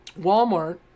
Walmart